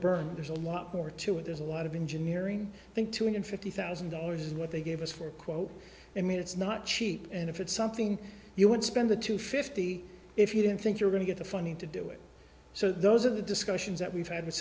burn there's a lot more to it there's a lot of engineering think two hundred fifty thousand dollars is what they gave us for quote i mean it's not cheap and if it's something you want to spend the two fifty if you don't think you're going to get the funding to do it so those are the discussions that we've had w